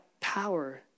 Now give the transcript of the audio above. power